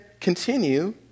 continue